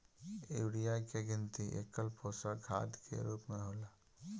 urea के गिनती एकल पोषक खाद के रूप में होला